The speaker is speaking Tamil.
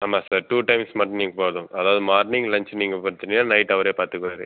ஆமாம் சார் டூ டைம்ஸ் மட்டும் நீங்கள் பார்த்துக்கணும் அதாவது மார்னிங் லன்ச் நீங்கள் பார்த்துட்டிங்கனா நைட் அவரே பார்த்துக்குவாரு